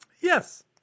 Yes